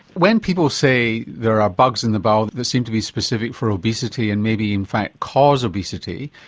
when people say there are bugs in the bowel that seem to be specific for obesity and maybe in fact cause obesity,